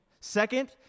Second